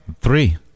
Three